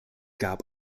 gab